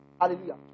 Hallelujah